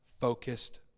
focused